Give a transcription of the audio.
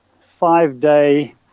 five-day